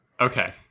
Okay